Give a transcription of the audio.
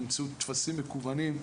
באמצעות טפסים מקוונים,